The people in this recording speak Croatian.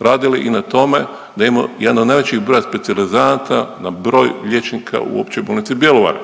radili i na tome da imamo jedan od najvećih broja specijalizanata na broj liječnika u Općoj bolnici Bjelovar.